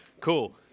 Cool